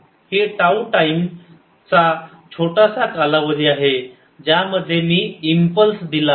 हे tau time चा छोटासा कालावधी आहे ज्यामध्ये मी इंपल्स दिला आहे